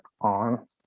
on